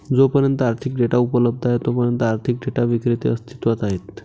जोपर्यंत आर्थिक डेटा उपलब्ध आहे तोपर्यंत आर्थिक डेटा विक्रेते अस्तित्वात आहेत